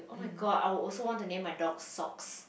oh-my-god I would also want to name my dog socks